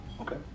Okay